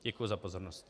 Děkuji za pozornost.